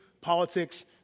politics